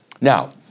Now